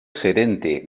gerente